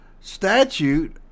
statute